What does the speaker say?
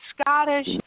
Scottish